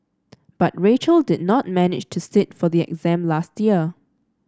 but Rachel did not manage to sit for the exam last year